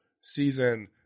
season